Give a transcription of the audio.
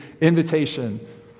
invitation